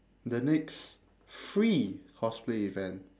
the next free cosplay event